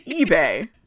eBay